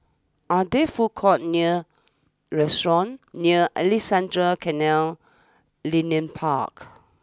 are there food courts near restaurants near Alexandra Canal Linear Park